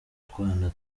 utwana